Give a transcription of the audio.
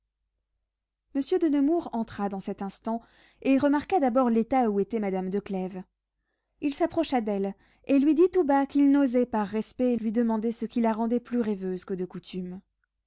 monsieur de nemours entra dans cet instant et remarqua d'abord l'état où était madame de clèves il s'approcha d'elle et lui dit tout bas qu'il n'osait par respect lui demander ce qui la rendait plus rêveuse que de coutume